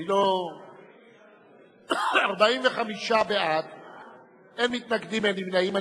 אדוני לא התנה תנאים.